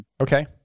Okay